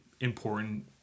important